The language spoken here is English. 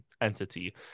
entity